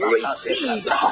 Receive